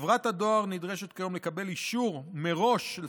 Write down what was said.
חברת הדואר נדרשת כיום לקבל אישור מראש של